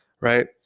Right